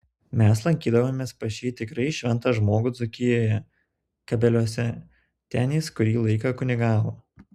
mes lankydavomės pas šį tikrai šventą žmogų dzūkijoje kabeliuose ten jis kurį laiką kunigavo